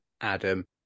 Adam